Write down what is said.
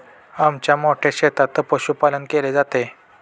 आमच्या मोठ्या शेतात पशुपालन केले जाते